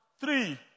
three